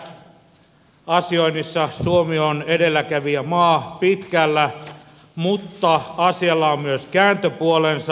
sähköisessä asioinnissa suomi on edelläkävijämaa pitkällä mutta asialla on myös kääntöpuolensa